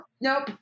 nope